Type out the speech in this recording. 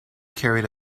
carried